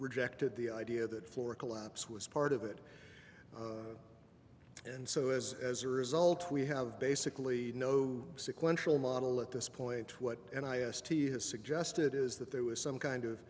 rejected the idea that floor collapse was part of it and so as as a result we have basically no sequential model at this point what and i asked he has suggested is that there was some kind of